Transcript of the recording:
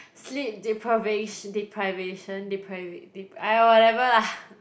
sleep depriva~ deprivation depriva~ !aiya! whatever lah